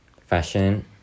fashion